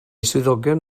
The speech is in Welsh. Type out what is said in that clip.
swyddogion